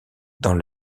dans